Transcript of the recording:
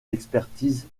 d’expertise